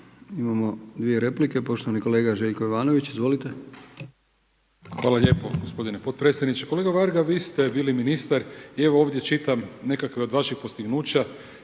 Imamo dvije replike, poštovani kolega Željko Jovanović. Izvolite. **Jovanović, Željko (SDP)** Hvala lijepo gospodine potpredsjedniče. Kolega Varga vi ste bili ministar i evo ovdje čitam nekakve od vaših postignuća